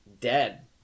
Dead